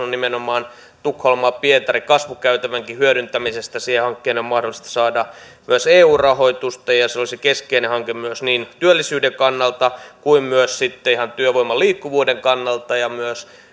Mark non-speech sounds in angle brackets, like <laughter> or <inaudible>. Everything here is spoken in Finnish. <unintelligible> on nimenomaan tukholma pietari kasvukäytävänkin hyödyntämisestä siihen hankkeeseen on mahdollista saada myös eu rahoitusta ja ja se olisi keskeinen hanke niin työllisyyden kannalta kuin myös ihan työvoiman liikkuvuuden kannalta ja